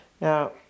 Now